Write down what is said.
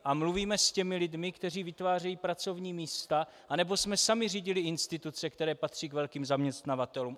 A mluvíme s těmi lidmi, kteří vytvářejí pracovní místa, anebo jsme sami zřídili instituce, které patří k velkým zaměstnavatelům.